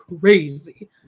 Crazy